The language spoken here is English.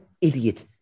idiot